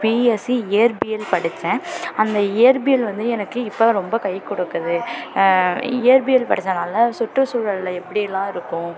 BSc இயற்பியல் படித்தேன் அந்த இயற்பியல் வந்து எனக்கு இப்போ ரொம்ப கை கொடுக்குது இயற்பியல் படிச்சதுனால சுற்றுசூழல்ல எப்படிலாம் இருக்கும்